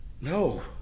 No